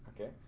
Okay